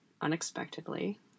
unexpectedly